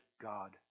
God